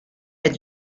had